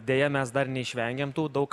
deja mes dar neišvengiam tų daug